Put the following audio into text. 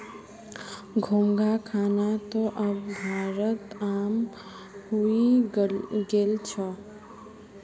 घोंघा खाना त अब भारतत आम हइ गेल छ